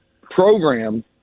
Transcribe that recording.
program